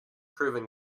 proven